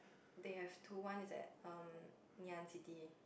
they have two one is at um Ngee-Ann-City